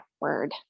word